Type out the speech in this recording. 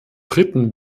dritten